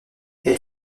elle